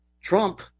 Trump